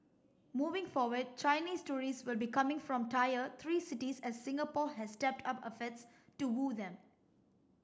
moving forward Chinese tourists will be coming from tier three cities as Singapore has stepped up efforts to woo them